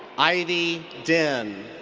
ai-vy dinh.